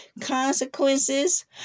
consequences